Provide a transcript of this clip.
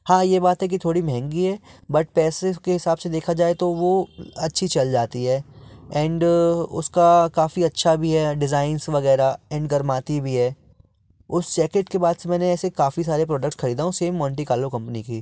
हाँ यह बात है कि थोड़ी महँगी है बट पैसे के हिसाब से देखा जाए तो वो अच्छी चल जाती है एंड उसका काफ़ी अच्छा भी है डिज़ाइंस वग़ैरह एंड गर्माती भी है उस जैकेट के बाद से मैंने ऐसे काफ़ी सारे प्रोडक्ट ख़रीदा हूँ सेम मोंटी कार्लो कंपनी की